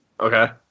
Okay